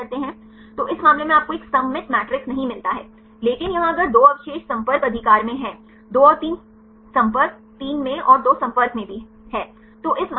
तो इस मामले में आपको एक सममित मैट्रिक्स नहीं मिलता है लेकिन यहां अगर 2 अवशेष संपर्क अधिकार में हैं 2 और 3 संपर्क 3 में और 2 संपर्क में भी हैं